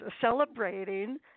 celebrating